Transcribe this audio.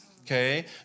Okay